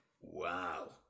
Wow